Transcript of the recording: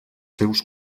seus